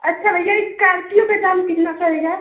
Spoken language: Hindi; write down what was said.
अच्छा भैया इस्कार्पियो के दाम कितना पड़ेगा